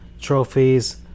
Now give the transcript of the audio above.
trophies